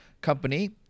company